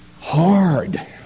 hard